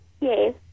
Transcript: Yes